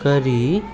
करी